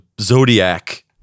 zodiac